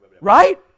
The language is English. right